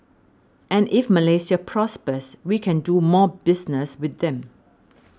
and if Malaysia prospers we can do more business with them